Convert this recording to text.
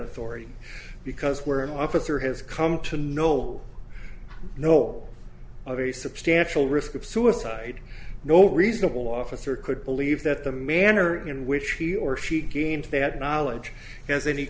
authority because we're an officer has come to know know all of a substantial risk of suicide no reasonable officer could believe that the manner in which he or she gained bad knowledge has any